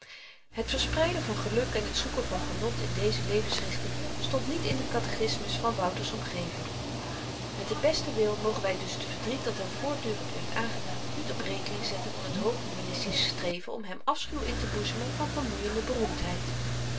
het verspreiden van geluk en t zoeken van genot in deze levensrichting stond niet in den katechismus van wouter's omgeving met den besten wil mogen wy dus t verdriet dat hem voortdurend werd aangedaan niet op rekening zetten van t hooghumanistisch streven om hem afschuw inteboezemen van vermoeiende beroemdheid